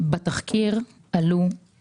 כל הרשימות שיש על שולחן הוועדה עולות היום.